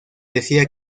decía